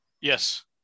yes